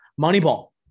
Moneyball